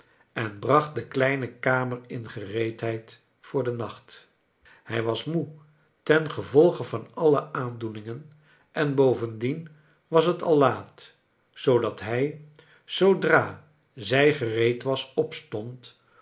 en bracht de kleine kamer in gereedheid voor den naoht hij was moe tengevolge van alle aandoeningen en bovendien was het al laat zoodat hij zoodra zij gereed was opstond